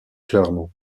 clermont